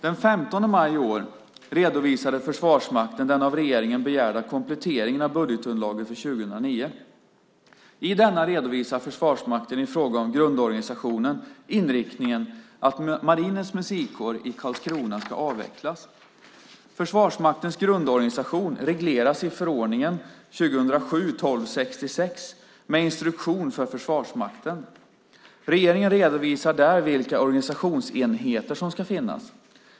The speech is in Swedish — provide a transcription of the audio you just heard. Den 15 maj i år redovisade Försvarsmakten den av regeringen begärda kompletteringen av budgetunderlaget för 2009. I denna redovisar Försvarsmakten i fråga om grundorganisationen inriktningen att Marinens musikkår i Karlskrona ska avvecklas. Försvarsmaktens grundorganisation regleras i förordningen med instruktion för Försvarsmakten. Regeringen redovisar där vilka organisationsenheter som ska finnas.